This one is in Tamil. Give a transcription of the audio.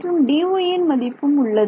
மற்றும் Dyயின் மதிப்பும் உள்ளது